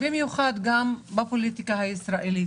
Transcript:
במיוחד בפוליטיקה הישראלית.